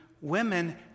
women